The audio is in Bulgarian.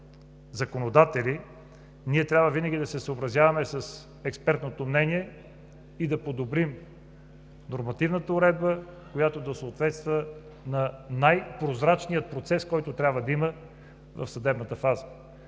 трябва да се съобразяваме с експертното мнение и да подобрим нормативната уредба, която да съответства на най-прозрачния процес, който трябва да има в съдебната фаза.